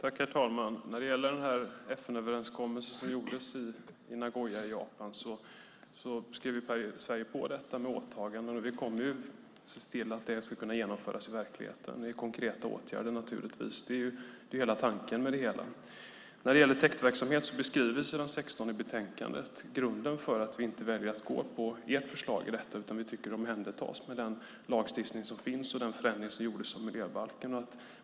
Herr talman! I den FN-överenskommelse som gjordes i Nagoya i Japan skrev Sverige på åtaganden. Vi kommer att se till att det ska kunna genomföras i verkligheten med konkreta åtgärder. Det är hela tanken med det hela. När det gäller täktverksamhet beskrivs på s. 16 i betänkandet grunden för att vi inte väljer att gå på ert förslag i detta. Vi tycker att det omhändertas med den lagstiftning som finns och den förändring som gjordes av miljöbalken.